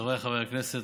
חבריי חברי הכנסת,